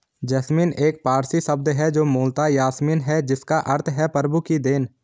jasmine एक पारसी शब्द है जो मूलतः यासमीन है जिसका अर्थ है प्रभु की देन